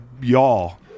y'all